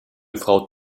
frau